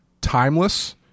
timeless